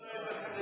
גפני